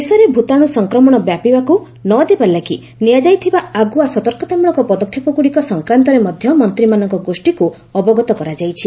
ଦେଶରେ ଭ୍ତାଣ୍ର ସଂକ୍ରମଣ ବ୍ୟାପିବାକ୍ ନଦେବା ଲାଗି ନିଆଯାଇଥିବା ଆଗୁଆ ସତକତାମଳକ ପଦକ୍ଷେପଗୁଡ଼ିକ ସଂକ୍ରାନ୍ତରେ ମଧ୍ୟ ମନ୍ତ୍ରୀମାନଙ୍କ ଗୋଷ୍ଠୀକୁ ଅବଗତ କରାଯାଇଛି